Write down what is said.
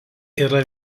yra